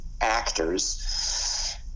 actors